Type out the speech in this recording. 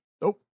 Nope